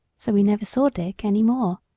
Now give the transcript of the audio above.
so we never saw dick any more.